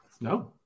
No